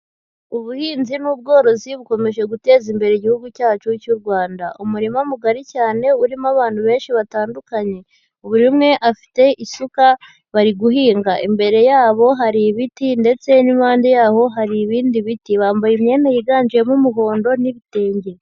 Ubuhinzi n'ubworozi bukomeje guteza imbere igihugu cyacu cy'u Rwanda. Umurima mugari cyane, urimo abantu benshi batandukanye, buri umwe afite isuka bari guhinga; imbere yabo hari ibiti ndetse n'impande yaho hari ibindi biti. Bambaye imyenda yiganjemo umuhondo n'ibitenge.